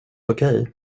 okej